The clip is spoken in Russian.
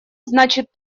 значит